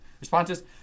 responses